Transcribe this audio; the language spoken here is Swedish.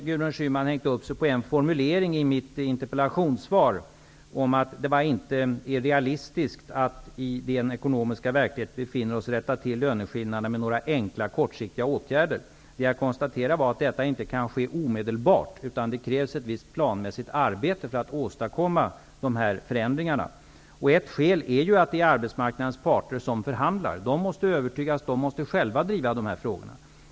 Gudrun Schyman hakade upp sig på en formulering i mitt interpellationssvar, nämligen att det inte i den ekonomiska verklighet som vi befinner oss i var realistiskt att rätta till löneskillnaderna med några enkla kortsiktiga åtgärder. Det jag konstaterar är att detta inte kan ske omedelbart, utan att det krävs ett visst planmässigt arbete för att åstadkomma de här förändringarna. Ett skäl är ju att det är arbetsmarknadens parter som förhandlar. De måste övertygas och själva driva dessa frågor.